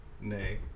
Nay